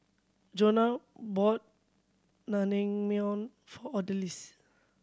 Jonah bought Naengmyeon for Odalys